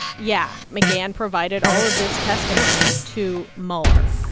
yeah. mcgahn provided all of this testimony to mueller.